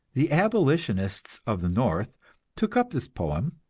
the abolitionists of the north took up this poem,